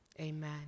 Amen